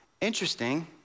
Interesting